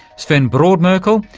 sven brodmerkel,